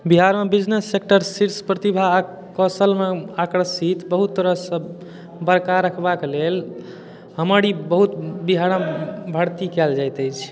बिहारमे business sector शीर्ष प्रतिभा आओर कौशलमे आकर्षित बहुत तरहसँ बरकरार रखबाक लेल हमर ई बहुत बिहार भर्ती कयल जाइत अछि